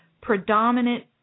predominant